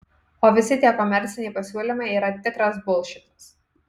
o visi tie komerciniai pasiūlymai yra tikras bulšitas